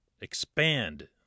expand